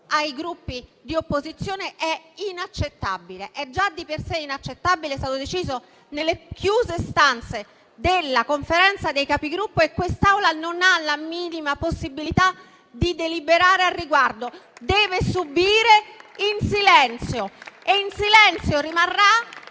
ai Gruppi di opposizione è già di per sé inaccettabile. È stato deciso nelle chiuse stanze della Conferenza dei Capigruppo e quest'Assemblea non ha la minima possibilità di deliberare al riguardo. Deve subire in silenzio e in silenzio rimarrà,